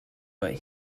but